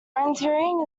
orienteering